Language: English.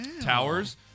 towers